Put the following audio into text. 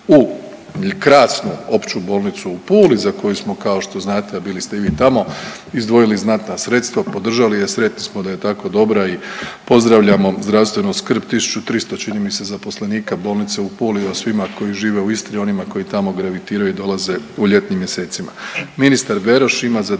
u krasnu Opću bolnicu u Puli za koju smo kao što znate, a bili ste i vi tamo izdvojili znatna sredstva, podržali je, sretni smo da je tako dobra i pozdravljamo zdravstvenu skrb 1300 čini mi se je zaposlenika bolnice Puli i o svima koji žive u Istri i onima koji tamo gravitiraju dolaze u ljetnim mjesecima.